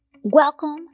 Welcome